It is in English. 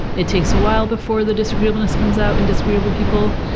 it takes a while before the disagreeableness comes out in disagreeable people,